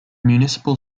municipal